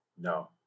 no